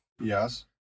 Yes